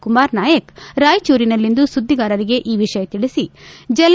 ಕುಮಾರ್ ನಾಯಕ್ ರಾಯಚೂರಿನಲ್ಲಿಂದು ಸುದ್ಗಿಗಾರರಿಗೆ ಈ ವಿಷಯ ತಿಳಿಸಿ ಜಲ